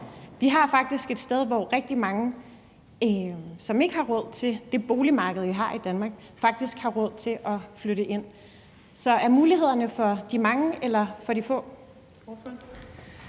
er det et sted, hvor rigtig mange af dem, som ikke har råd til det boligmarked, vi har i Danmark, faktisk har råd til at flytte ind. Så er mulighederne for de mange eller for de få?